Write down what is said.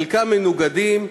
חלקם מנוגדים,